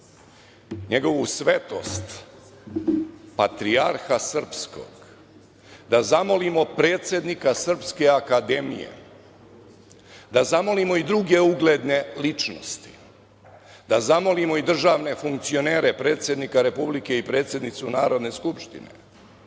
Njegovu svetost patrijarha srpskog, da zamolimo predsednika Srpske akademije, da zamolimo i druge ugledne ličnosti, da zamolimo i državne funkcionere, predsednika Republike i predsednicu Narodne skupštine